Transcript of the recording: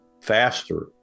faster